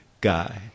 guy